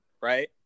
right